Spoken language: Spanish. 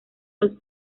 los